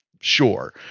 Sure